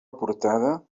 portada